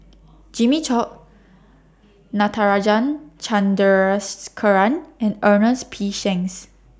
Jimmy Chok Natarajan Chandrasekaran and Ernest P Shanks